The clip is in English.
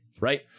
right